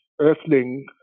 earthling